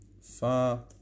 far